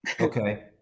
Okay